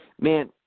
man –